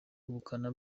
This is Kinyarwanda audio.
ubukana